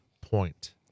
point